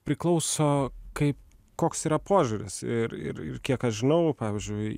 priklauso kaip koks yra požiūris ir ir ir kiek aš žinau pavyzdžiui